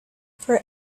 for